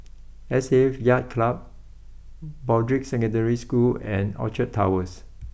S A F Yacht Club Broadrick Secondary School and Orchard Towers